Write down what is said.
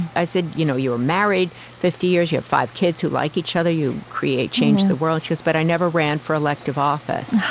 i said, you know you were married fifty years. you have five kids who like each other. you create change the world. she goes, but i never ran for elective office.